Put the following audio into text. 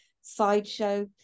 Sideshow